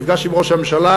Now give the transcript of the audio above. נפגש עם ראש הממשלה,